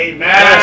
Amen